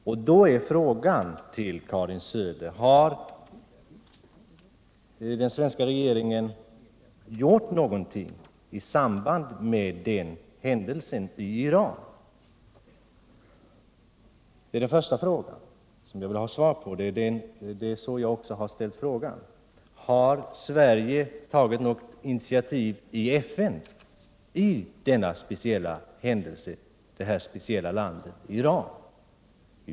Mot den bakgrunden vill jag fråga Karin Söder: Har den svenska regeringen gjort någonting med anledning av just denna händelse i Iran? Jag vill ha ett svar på den frågan. I min skriftliga fråga har jag också bett att få ett svar på frågan om Sverige har tagit något initiativ i FN när det gäller just detta speciella land, dvs. Iran.